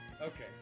Okay